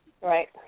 Right